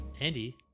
Andy